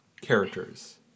characters